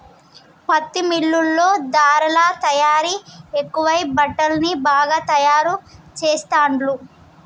పత్తి మిల్లుల్లో ధారలా తయారీ ఎక్కువై బట్టల్ని బాగా తాయారు చెస్తాండ్లు